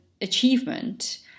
achievement